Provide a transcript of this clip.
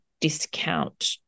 discount